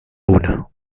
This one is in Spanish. una